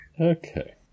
Okay